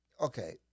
Okay